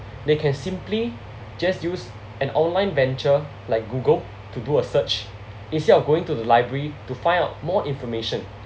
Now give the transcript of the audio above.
they can simply just use an online venture like Google to do a search instead of going to the library to find out more information